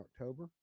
October